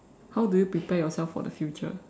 how do you prepare yourself for the future